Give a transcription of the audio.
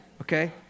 Okay